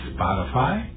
Spotify